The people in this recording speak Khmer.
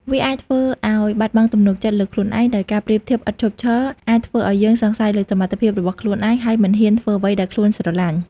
វាអាចធ្វើឲ្យបាត់បង់ទំនុកចិត្តលើខ្លួនឯង ដោយការប្រៀបធៀបឥតឈប់ឈរអាចធ្វើឲ្យយើងសង្ស័យលើសមត្ថភាពរបស់ខ្លួនឯង ហើយមិនហ៊ានធ្វើអ្វីដែលខ្លួនស្រឡាញ់។